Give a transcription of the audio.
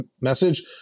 message